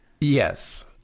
Yes